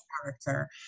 character